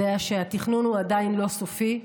יודע שהתכנון הוא עדיין לא סופי,